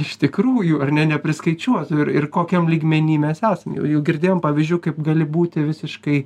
iš tikrųjų ar ne nepriskaičiuotų ir ir kokiam lygmeny mes esam jau girdėjom pavyzdžių kaip gali būti visiškai